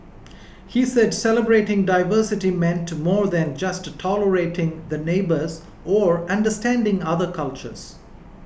he said celebrating diversity meant to more than just tolerating the neighbours or understanding other cultures